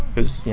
because